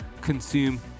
consume